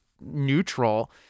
neutral